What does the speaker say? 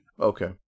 Okay